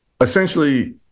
essentially